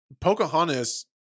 Pocahontas